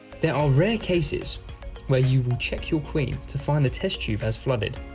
there are rare cases where you will check your queen to find the test tube has flooded.